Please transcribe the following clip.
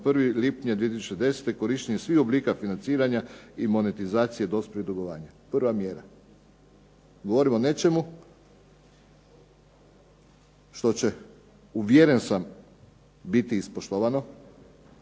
1. lipnja 2010., korištenje svih oblika financiranja i monetizacije dospjelih dugovanja. Govorim o nečemu što će uvjeren sam biti ispoštovano